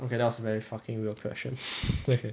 okay that's was very fucking weird question